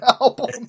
album